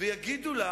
ויגידו לה: